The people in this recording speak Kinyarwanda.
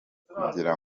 kugira